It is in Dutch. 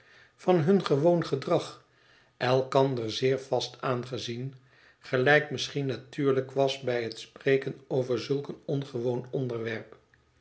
van hun gewoon gedrag elkander zeer vast aangezien gelijk misschien natuurlijk was bij het spreken over zulk een ongewoon onderwerp